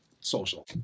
social